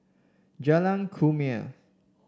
Jalan Kumia